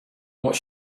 what